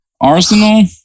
Arsenal